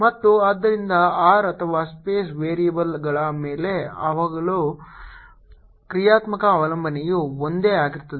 ಮತ್ತು ಆದ್ದರಿಂದ r ಅಥವಾ ಸ್ಪೇಸ್ ವೇರಿಯಬಲ್ ಗಳ ಮೇಲೆ ಅವುಗಳ ಕ್ರಿಯಾತ್ಮಕ ಅವಲಂಬನೆಯು ಒಂದೇ ಆಗಿರುತ್ತದೆ